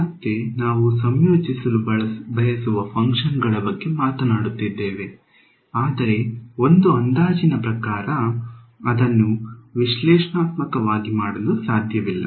ಮತ್ತೆ ನಾವು ಸಂಯೋಜಿಸಲು ಬಯಸುವ ಫಂಕ್ಷನ್ ಗಳ ಬಗ್ಗೆ ಮಾತನಾಡುತ್ತಿದ್ದೇವೆ ಆದರೆ ಒಂದು ಅಂದಾಜಿನ ಪ್ರಕಾರ ಅದನ್ನು ವಿಶ್ಲೇಷಣಾತ್ಮಕವಾಗಿ ಮಾಡಲು ಸಾಧ್ಯವಿಲ್ಲ